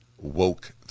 woke